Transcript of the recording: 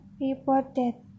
reported